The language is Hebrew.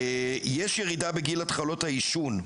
יש ירידה בגיל התחלות העישון,